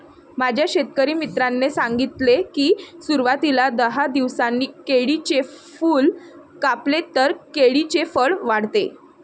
माझ्या शेतकरी मित्राने सांगितले की, सुरवातीला दहा दिवसांनी केळीचे फूल कापले तर केळीचे फळ वाढते